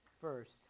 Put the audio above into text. first